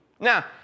Now